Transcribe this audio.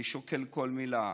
אני שוקל כל מילה,